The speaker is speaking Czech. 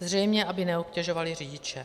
Zřejmě aby neobtěžovaly řidiče.